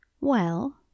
Well